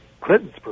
Clinton's